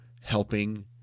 helping